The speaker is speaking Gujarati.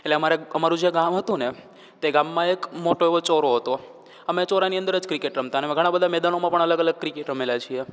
એટલે અમારે અમારું જે ગામ હતું તે ગામમાં એક મોટો એવો ચોરો હતો અમે ચોરાની અંદર જ ક્રિકેટ રમતાં અને એમાં ઘણાં બધા મેદાનોમાં પણ અલગ અલગ ક્રિકેટ રમેલાં છીએ